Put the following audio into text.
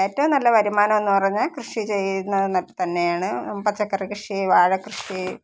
ഏറ്റവും നല്ല വരുമാനം എന്ന് പറഞ്ഞാൽ കൃഷി ചെയ്യുന്നത് തന്നെയാണ് പച്ചക്കറി കൃഷി വാഴക്കൃഷി